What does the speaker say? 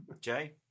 Jay